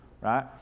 right